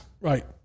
right